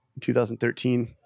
2013